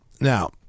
Now